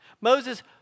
Moses